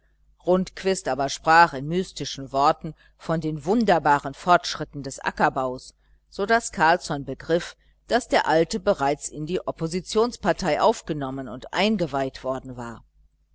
rundquist aber sprach in mystischen worten von den wunderbaren fortschritten des ackerbaus so daß carlsson begriff daß der alte bereits in die oppositionspartei aufgenommen und eingeweiht worden war